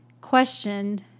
question